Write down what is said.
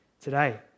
today